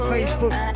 Facebook